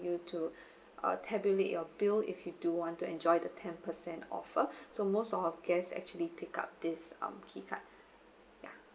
you to uh tabulate your bill if you do want to enjoy the ten percent offer so most of guest actually take up this um key card ya